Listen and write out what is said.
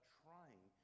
trying